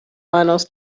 معناست